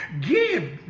Give